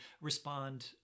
respond